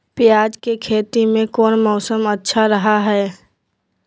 प्याज के खेती में कौन मौसम अच्छा रहा हय?